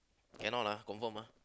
cannot lah confirm lah